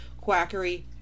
quackery